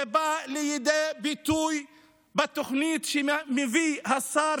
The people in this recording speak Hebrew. זה בא לידי ביטוי בתוכנית שמביא השר